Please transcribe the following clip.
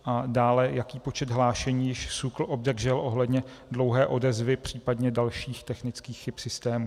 A dále, jaký počet hlášení již SÚKL obdržel ohledně dlouhé odezvy případně dalších technických chyb v systému.